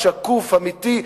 שקוף ואמיתי,